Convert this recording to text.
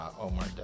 Omar